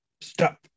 Stop